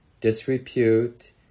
disrepute